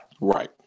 Right